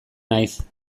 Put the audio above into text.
naiz